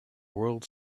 world